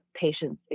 patients